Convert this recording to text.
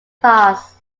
class